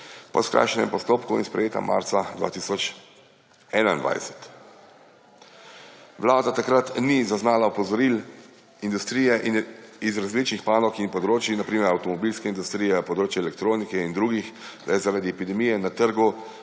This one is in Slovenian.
po skrajšanem postopku in sprejeta marca 2021. Vlada takrat ni zaznala opozoril industrije iz različnih panog in področij, na primer avtomobilske industrije, področje elektronike in drugih le zaradi epidemije na trgu